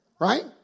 Right